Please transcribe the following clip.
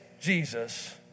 Jesus